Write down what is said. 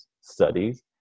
studies